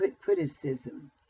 Criticism